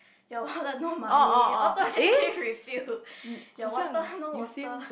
your wallet no money auto certificate refill your water no water